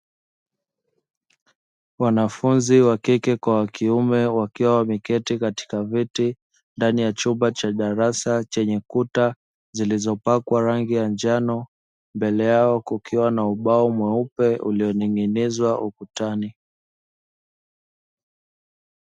Wanafunzi wa kike kwa wa kiume wakiwa wameketi katika viti ndani ya chumba cha darasa chenye kuta Zilizopakwa rangi ya njano mbele yao kukiwa na ubao mweupe ulioning'inizwa ukutani.